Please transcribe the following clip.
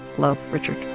love richard.